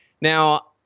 Now